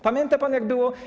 Pamięta pan, jak było?